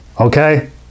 okay